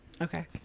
Okay